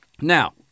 Now